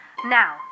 Now